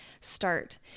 start